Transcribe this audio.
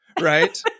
right